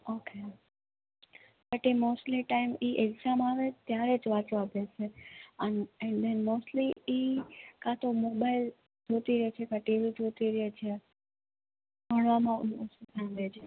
okay but એ mostly time એ exam આવે ત્યારે જ વાંચવા બેસે અને એન ધેન મોસ્ટલી એ કાં તો મોબાઈલ જોતી રહે છે કાં ટીવી જોતી રહે છે ભણવામાં ઓછું ધ્યાન દે છે